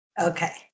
Okay